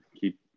keep